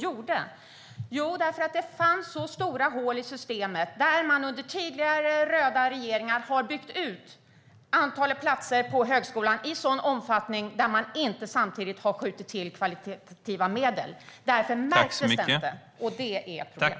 Jo, därför att det fanns stora hål i systemet eftersom man under tidigare röda regeringar hade byggt ut antalet platser på högskolan i en sådan omfattning men inte samtidigt skjutit till kvalitativa medel. Därför märktes det inte. Det är ert problem.